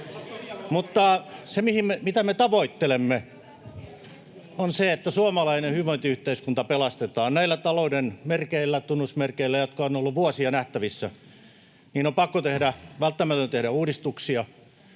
näin!] Se, mitä me tavoittelemme, on se, että suomalainen hyvinvointiyhteiskunta pelastetaan. Näillä talouden merkeillä, tunnusmerkeillä, jotka ovat olleet vuosia nähtävissä, on välttämätöntä tehdä uudistuksia.